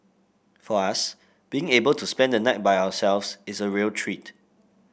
for us being able to spend the night by ourselves is a real treat